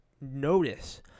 notice